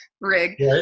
rig